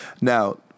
Now